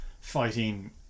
Fighting